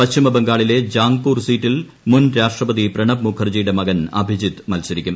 പശ്ചിമ ബംഗാളിലെ ജാംഗ്പൂർ സീറ്റിൽ മുൻ രാഷ്ട്രപതി പ്രണബ് മുഖർജിയുടെ മകൻ അഭിജിത് മത്സരിക്കും